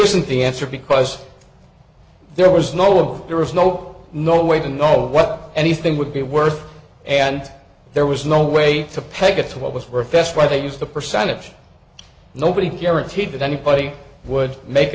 isn't the answer because there was no there was no no way to know what anything would be worth and there was no way to peg it to what was worth best why they used the percentage nobody guaranteed that anybody would make